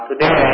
Today